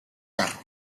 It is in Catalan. carro